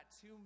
two